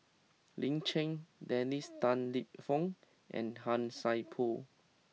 Lin Chen Dennis Tan Lip Fong and Han Sai Por